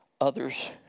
others